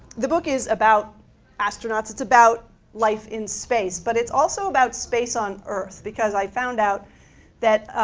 the book is about astronauts, it's about life in space, but it's also about space on earth because i found out that,